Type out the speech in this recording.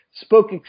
spoke